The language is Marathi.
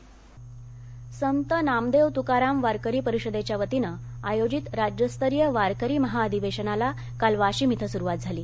वारकरी महाअधिवेशन वाशिम संत नामदेव तुकाराम वारकरी परिषदेच्या वतीनं आयोजित राज्यस्तरीय वारकरी महाअधिवेशनाला काल वाशिम इथं सुरुवात झाली